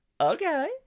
Okay